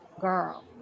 girl